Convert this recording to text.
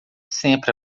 sempre